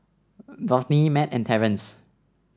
Dorthey Mat and Terence